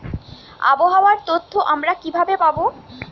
আবহাওয়ার তথ্য আমরা কিভাবে পাব?